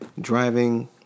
driving